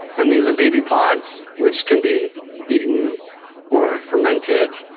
and these are baby pods which can be eaten or fermented.